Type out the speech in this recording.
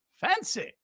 Fancy